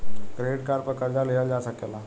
credit card पर कर्जा लिहल जा सकेला